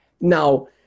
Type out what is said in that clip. Now